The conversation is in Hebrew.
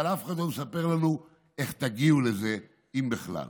אבל אף אחד לא מספר לנו איך תגיעו לזה, אם בכלל.